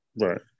Right